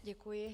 Děkuji.